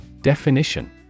Definition